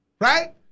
right